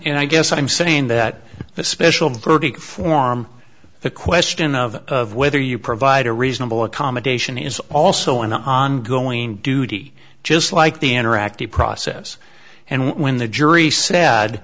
and i guess i'm saying that the special verdict form the question of whether you provide a reasonable accommodation is also an ongoing duty just like the interactive process and when the jury sa